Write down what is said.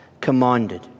commanded